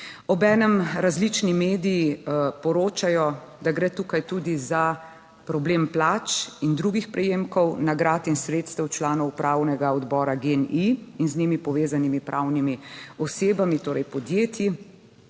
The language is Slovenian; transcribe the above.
Obenem različni mediji poročajo, da gre tukaj tudi za problem plač in drugih prejemkov, nagrad in sredstev članov upravnega odbora GEN-I in z njimi povezanimi pravnimi osebami, torej podjetji,